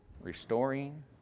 restoring